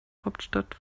hauptstadt